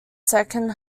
second